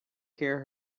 hear